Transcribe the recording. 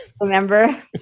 remember